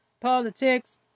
Politics